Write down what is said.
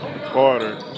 Carter